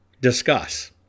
discuss